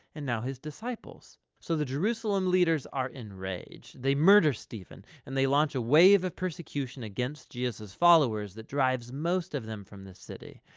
and now his disciples. so the jerusalem leaders are enraged, they murder stephen, and they launched a wave of persecution against jesus' followers that drives most of them from the city.